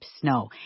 snow